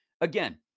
again